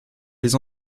les